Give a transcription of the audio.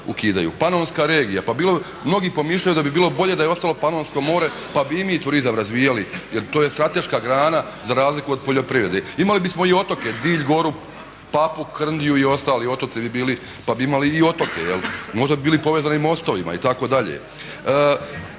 Panonska regija, pa mnogi pomišljaju da bi bilo bolje da je bilo Panonsko mora pa bi i mi turizam razvijali jer to je strateška grana za razliku od poljoprivrede. Imali bismo i otoke Dilj, Goru, Papuk, Krndiju i ostali otoci bi bili pa bi imali i otoke. Možda bi bili povezani mostovima itd.